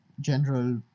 general